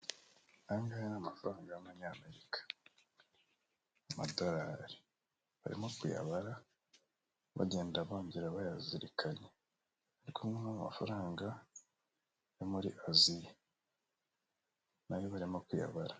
Aya ngaya ni amafaranga y'Abanyamerika , amadolari, barimo kuyabara bagenda, bongera bayazirikanya, arikumwe n'amafaranga yo muri Aziya nayo barimo kuyabara.